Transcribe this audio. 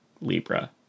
Libra